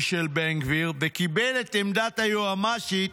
של בן גביר וקיבל את עמדת היועמ"שית